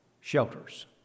shelters